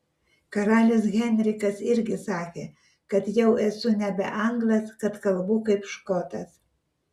karalius henrikas irgi sakė kad jau esu nebe anglas kad kalbu kaip škotas